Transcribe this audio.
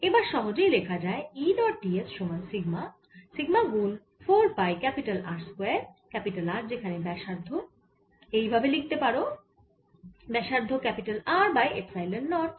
এবার সহজেই লেখা যায় E ডট ds সমান সিগমা সিগমা গুন 4 পাই R স্কয়ার R যেখানে ব্যাসার্ধ এই ভাবে লিখতে পারো ব্যাসার্ধ R বাই এপসাইলন নট